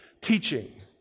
teaching